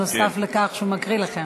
נוסף על כך שהוא מקריא לכם.